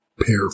pair